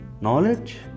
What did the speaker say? knowledge